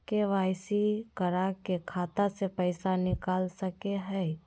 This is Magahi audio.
के.वाई.सी करा के खाता से पैसा निकल सके हय?